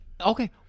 okay